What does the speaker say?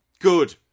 Good